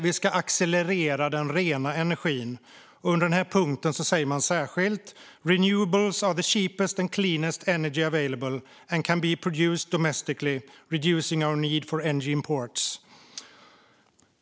Vi ska accelerera den rena energin. Under den sista punkten säger man särskilt: "Renewables are the cheapest and cleanest energy available. They can be generated domestically, allowing us to reduce our energy imports."